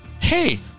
Hey